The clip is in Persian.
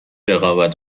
رقابت